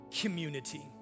community